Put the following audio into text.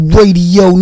Radio